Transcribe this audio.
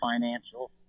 financial